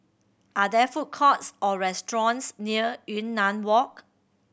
are there food courts or restaurants near Yunnan Walk